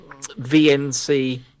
VNC